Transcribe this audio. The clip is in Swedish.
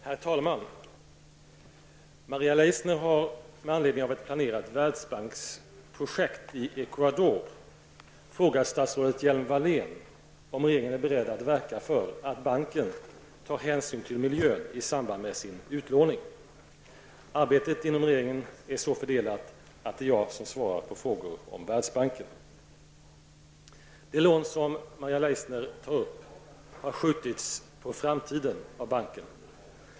Herr talman! Maria Leissner har med anledning av ett planerat Världsbanksprojekt i Ecuador frågat statsrådet Hjelm-Wallén om regeringen är beredd att verka för att banken tar hänsyn till miljön i samband med sin utlåning. Arbetet inom regeringen är så fördelat att det är jag som skall svara på frågor om Världsbanken. Det lån som Maria Leissner tar upp har skjutits på framtiden av banken.